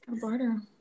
barter